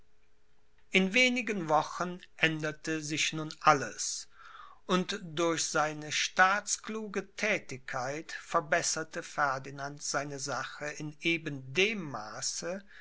in wenigen wochen änderte sich nun alles und durch seine staatskluge thätigkeit verbesserte ferdinand seine sache in eben dem maße